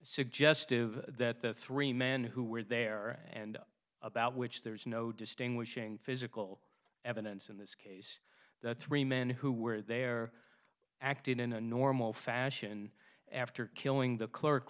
suggestive that the three men who were there and about which there's no distinguishing physical evidence in this case that three men who were there acting in a normal fashion after killing the clerk